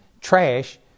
trash